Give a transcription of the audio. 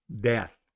death